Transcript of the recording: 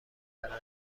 برای